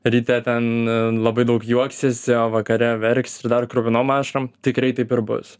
ryte ten labai daug juoksiesi o vakare verksi ir dar kruvinom ašarom tikrai taip ir bus